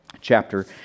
chapter